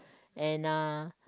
and uh